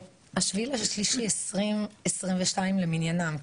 ה-7.3.22 למניינם,